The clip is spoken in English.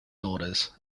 daughters